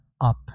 up